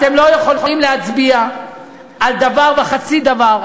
אתם לא יכולים להצביע על דבר וחצי דבר.